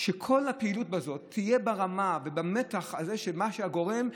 שכל הפעילות הזאת תהיה ברמה ובמתח הזה של מה שהגורם,